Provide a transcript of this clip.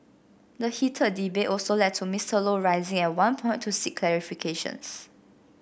the heated debate also led to Mister Low rising at one point to seek clarifications